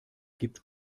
gibt